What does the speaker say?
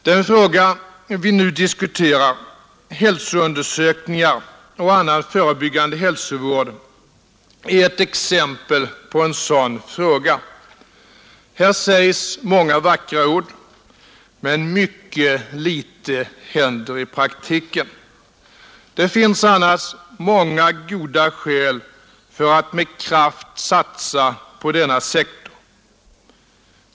Den fråga vi nu diskuterar, hälsoundersökningar och annan förebyggande hälsovård, är ett exempel på en sådan fråga. Här sägs många vackra ord men mycket litet händer i praktiken. Det finns annars många goda skäl för att med kraft satsa på denna sektor.